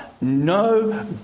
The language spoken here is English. No